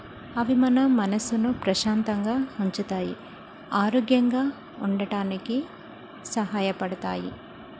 అవి మన మనసును ప్రశాంతంగా ఉంచుతాయి ఆరోగ్యంగా ఉండటానికి సహాయపడతాయి